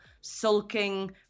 sulking